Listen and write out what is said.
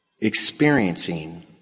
experiencing